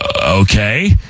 Okay